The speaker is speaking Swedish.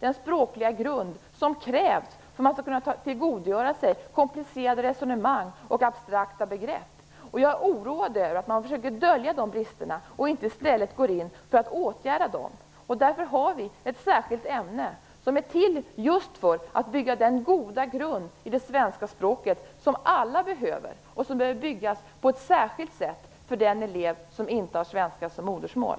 den språkliga grund som krävs för att man skall kunna tillgodogöra sig komplicerade resonemang och abstrakta begrepp. Jag är oroad över att man försöker dölja de bristerna och inte i stället går in för att åtgärda dem. Därför har vi ett särskilt ämne som är till just för att bygga den goda grund i svenska språket som alla behöver och som behöver byggas på ett särskilt sätt för den elev som inte har svenska som modersmål.